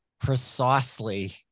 precisely